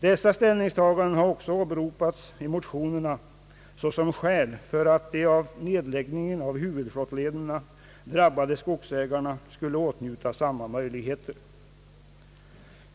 Dessa ställningstaganden har också åberopats i motionerna såsom skäl för att de av nedläggningen av huvudflottlederna drabbade skogsägarna skulle åtnjuta samma möjligheter.